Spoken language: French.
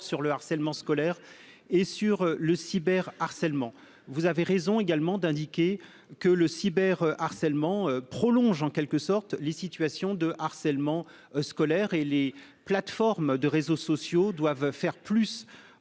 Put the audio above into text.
sur le harcèlement scolaire et sur le cyberharcèlement. Vous avez raison d'indiquer que le cyberharcèlement prolonge, en quelque sorte, les situations de harcèlement scolaire. Aussi, les plateformes de réseaux sociaux doivent faire plus